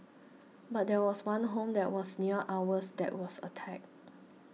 but there was one home that was near ours that was attacked